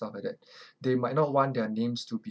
stuff like that they might not want their names to be